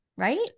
right